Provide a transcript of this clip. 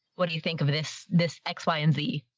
what do you think of this, this, x, y, and z?